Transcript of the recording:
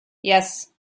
yes